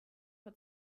vor